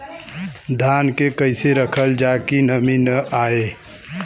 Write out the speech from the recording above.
धान के कइसे रखल जाकि नमी न आए?